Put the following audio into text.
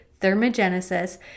thermogenesis